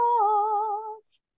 lost